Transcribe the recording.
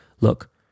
Look